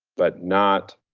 but not